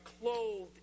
clothed